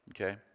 Okay